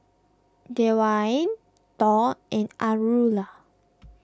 Dewayne Thor and Aurilla